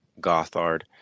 Gothard